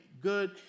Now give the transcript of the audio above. good